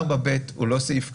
סעיף 4ב הוא לא סעיף קל,